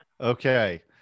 Okay